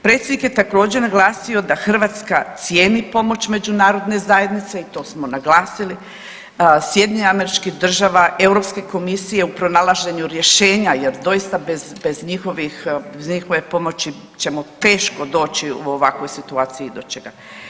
Predsjednik je također naglasio da Hrvatska cijeni pomoć međunarodne zajednice i to smo naglasili, SAD, EU komisije u pronalaženju rješenja jer doista bez njihove pomoći ćemo teško doći u ovakvoj situaciji do ičega.